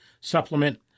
Supplement